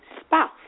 spouse